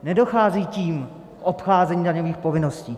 Nedochází tím k obcházení daňových povinností.